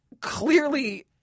clearly